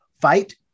fight